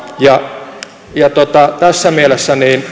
ja tässä mielessä